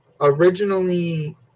originally